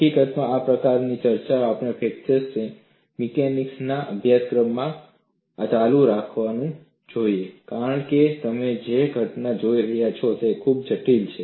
હકીકતમાં આ પ્રકારની ચર્ચા આપણે ફ્રેક્ચર મિકેનિક્સ ના અભ્યાસક્રમમાં આ કરવાનું ચાલુ રાખીએ છીએ કારણ કે તમે જે ઘટના જોઈ રહ્યા છો તે ખૂબ જટિલ છે